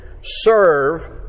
Serve